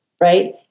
right